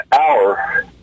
hour